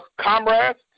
comrades